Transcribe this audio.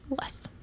Less